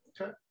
okay